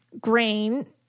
grain